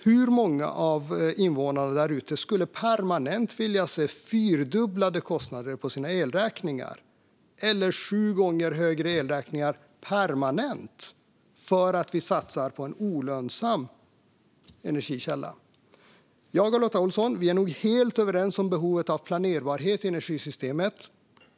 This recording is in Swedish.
Hur många av invånarna där ute skulle vilja se fyrdubblade eller sju gånger högre kostnader på sina elräkningar permanent för att vi satsar på en olönsam energikälla? Lotta Olsson och jag är nog helt överens om behovet av planerbarhet i energisystemet.